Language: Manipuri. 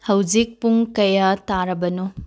ꯍꯧꯖꯤꯛ ꯄꯨꯡ ꯀꯌꯥ ꯇꯥꯔꯕꯅꯣ